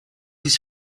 his